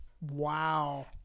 Wow